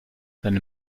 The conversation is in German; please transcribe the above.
seine